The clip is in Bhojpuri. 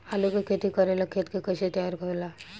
आलू के खेती करेला खेत के कैसे तैयारी होला?